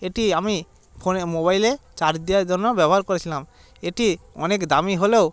এটি আমি ফোনে মোবাইলে চার্জ দেওয়ার জন্য ব্যবহার করেছিলাম এটি অনেক দামি হলেও